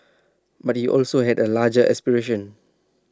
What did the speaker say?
but he also had A larger aspiration